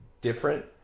different